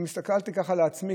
הסתכלתי לעצמי,